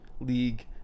league